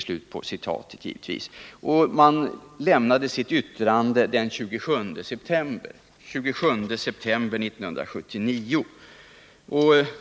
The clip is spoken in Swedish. Man lämnade sitt yttrande den 27 september 1979.